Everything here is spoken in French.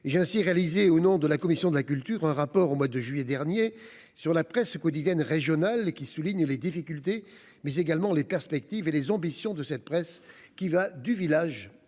j'ai ainsi réalisé ou non de la commission de la culture, un rapport au mois de juillet dernier sur la presse quotidienne régionale, qui souligne les difficultés, mais également les perspectives et les ambitions de cette presse qui va du village